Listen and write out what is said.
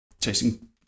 chasing